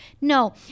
No